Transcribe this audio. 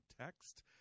text